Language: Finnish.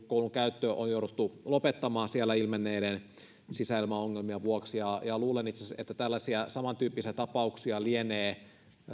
koulun käyttö on jouduttu lopettamaan siellä ilmenneiden sisäilmaongelmien vuoksi ja ja luulen itse asiassa että tällaisia samantyyppisiä tapauksia lienee